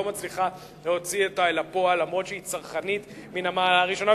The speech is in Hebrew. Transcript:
מצליחה להוציא אותה אל הפועל למרות שהיא צרכנית מן המעלה הראשונה,